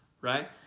right